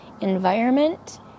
environment